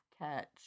catch